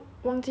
funny